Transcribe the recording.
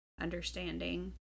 understanding